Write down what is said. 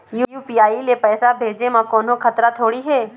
UPI ले पैसे भेजे म कोन्हो खतरा थोड़ी हे?